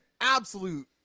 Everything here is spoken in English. absolute